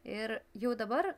ir jau dabar